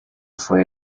fue